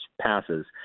passes